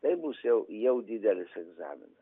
tai bus jau jau didelis egzaminas